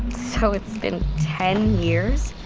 so it's been ten years?